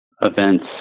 events